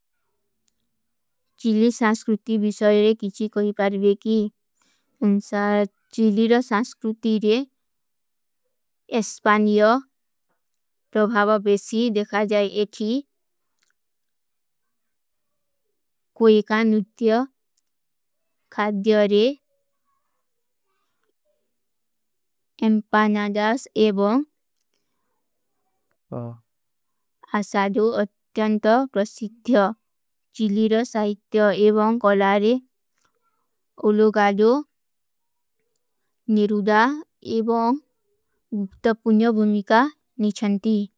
ଚିଲୀ ସାଂସ୍କୁର୍ତି ଵିଶଯରେ କିଚୀ କୋଈ କରଵେକୀ। ଉନ୍ସା ଚିଲୀ ରା ସାଂସ୍କୁର୍ତି ରେ ଏସ୍ପାନିଯା ରଭାଵବେଶୀ ଦେଖା ଜାଈ ଏଥୀ। କୋଈ କା ନୁତ୍ଯା ଖାଦ୍ଯା ରେ ଏମ୍ପାନାଦାସ ଏବଂ ଆଶାଦୋ ଅତ୍ଯାଂତ ରସିତ୍ଯା। ଚିଲୀ ରା ସାଂସ୍କୁର୍ତି ଵିଶଯରେ କିଚୀ କୋଈ କରଵେକୀ।